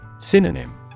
Synonym